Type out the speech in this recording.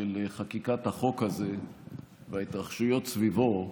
של חקיקת החוק הזה והתרחשויות סביבו,